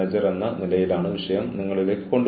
ഇനി അച്ചടക്കത്തിന്റെ വിവിധ രൂപങ്ങൾ നോക്കാം